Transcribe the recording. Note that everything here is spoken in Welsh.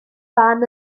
fan